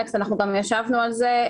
אלכס, אנחנו גם ישבנו על זה.